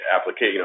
application